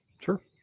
Sure